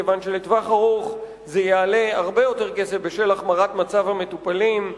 מכיוון שלטווח ארוך זה יעלה הרבה יותר כסף בשל החמרת מצב המטופלים,